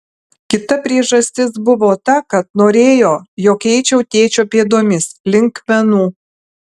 kita priežastis buvo ta kad norėjo jog eičiau tėčio pėdomis link menų